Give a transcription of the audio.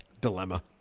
dilemma